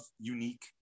unique